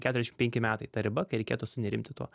keturiasdešimt penki metai ta riba kai reikėtų sunerimti tuo